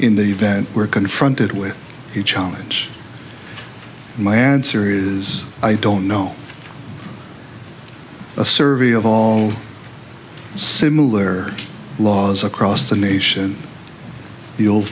in the event we're confronted with a challenge my ad syria is i don't know a survey of all similar laws across the nation you'll